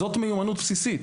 זו מיומנות בסיסית.